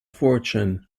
fortune